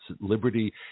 Liberty